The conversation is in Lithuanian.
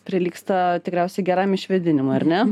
prilygsta tikriausiai geram išvėdinimui ar ne